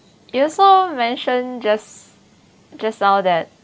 you also mentioned just just now that